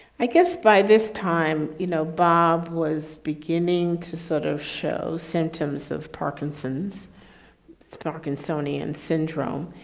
i guess by this time, you know, bob was beginning to sort of show symptoms of parkinson's parkinsonian syndrome.